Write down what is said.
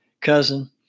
cousin